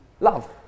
Love